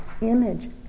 image